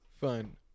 Fine